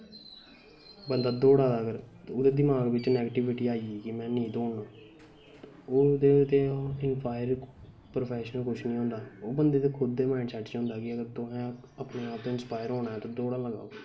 बंदा दौड़ा दा अगर ते नोहाड़े दमाक च नैग्टिविटी आई गेई अगर नेईं दौड़ना ओह् ते इंस्पायर प्रोफैशनल कुछ निं होंदा ओह् बंदे दे खुद माईड़ सैट च होंदा कि तुसें अपने आपै च इंस्पायर होना ते दौड़ां लाओ